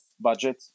budget